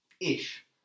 Ish